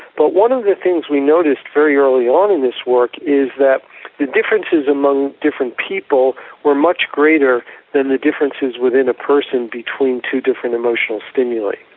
but one of the things we noticed very early on in this work is that the differences among different people were much greater than the differences within a person between two different emotional stimuli.